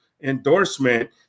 endorsement